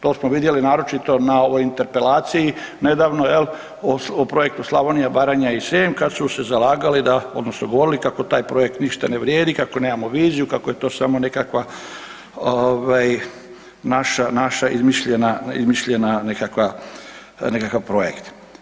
To smo vidjeli naročito na ovoj interpelaciji nedavno, jel, o projektu Slavonija, Baranja i Srijem kad su se zalagali da, odnosno govorili kako taj projekt ništa ne vrijedi, kako nemamo viziju, kako je to samo nekakva naša izmišljen nekakav projekt.